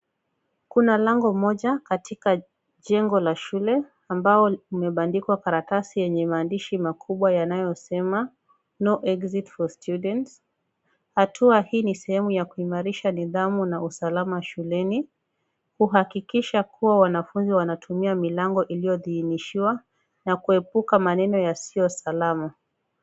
Kuna lango moja katika jengo la shule ambao limebandikwa karatasi yenye maandishi makubwa yanayosema No Exit For Students . Hatua hii ni sehemu ya kuimarisha nidhamu na usalama shuleni, kuhakikisha kuwa wanafunzi wanatumia milango iliyodhihinishiwa na kuepuka maneno yasiyo salama.